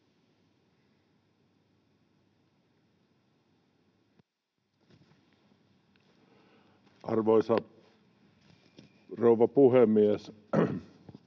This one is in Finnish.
Arvoisa rouva puhemies!